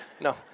no